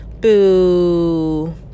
Boo